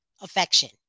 affection